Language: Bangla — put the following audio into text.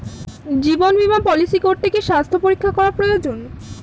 জীবন বীমা পলিসি করতে কি স্বাস্থ্য পরীক্ষা করা প্রয়োজন?